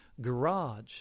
garage